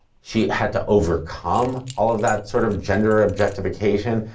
she had to overcome all of that sort of gender objectification,